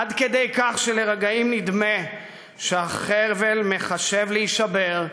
עד כדי כך שלרגעים נדמה שהחבל מחשב להישבר,